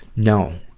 no.